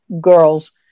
girls